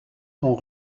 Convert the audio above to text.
sont